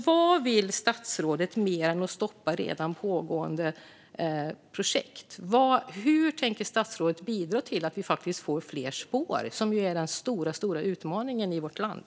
Vad vill statsrådet mer än att stoppa redan pågående projekt? Hur tänker statsrådet bidra till att vi faktiskt får fler spår, vilket är den stora utmaningen i vårt land?